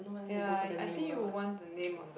ya I think you want the name of the